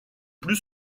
plus